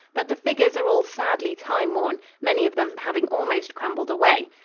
but the figures are all sadly time-worn, many of them having almost crumbled away.